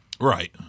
Right